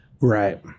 Right